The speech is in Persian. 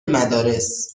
مدارس